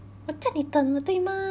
我叫你等了对吗